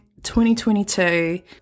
2022